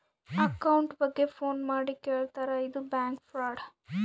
account ಬಗ್ಗೆ phone ಮಾಡಿ ಕೇಳ್ತಾರಾ ಇದು ಬ್ಯಾಂಕ್ ಫ್ರಾಡ್